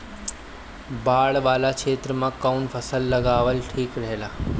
बाढ़ वाला क्षेत्र में कउन फसल लगावल ठिक रहेला?